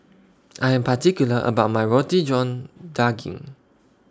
I Am particular about My Roti John Daging